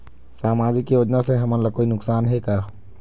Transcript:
सामाजिक योजना से हमन ला कोई नुकसान हे का?